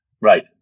Right